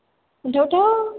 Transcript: अनथावथाव